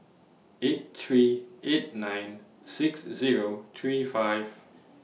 eight three eight nine six Zero three five